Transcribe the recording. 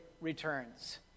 returns